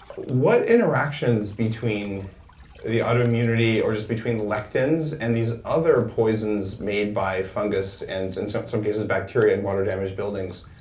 what interactions between the autoimmunity, or just between the lectins and these other poisons made by fungus, and and so some cases, bacteria and water damage buildings,